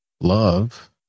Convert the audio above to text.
love